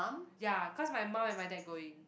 ya cause my mum and my dad going